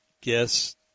guess